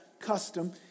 custom